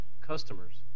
customers